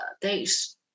days